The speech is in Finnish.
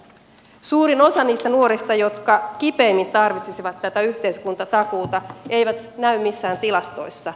suurin osa niistä nuorista jotka kipeimmin tarvitsisivat tätä yhteiskuntatakuuta ei näy missään tilastoissa